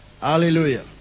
Hallelujah